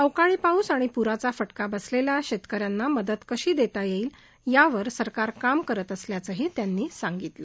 अवकाळी पाऊस आणि प्राचा फटका बसलेल्या शेतकऱ्यांना मदत कशी देता येईल यावर सरकार काम करत असल्याचंही त्यांनी सांगितलं